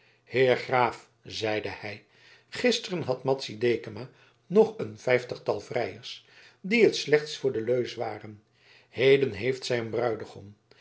heer graaf zeide hij gisteren had madzy dekama nog een vijftigtal vrijers die het slechts voor de leus waren heden heeft zij een bruidegom